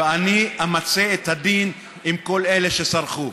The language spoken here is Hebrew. ואני אמצה את הדין עם כל אלה שסרחו.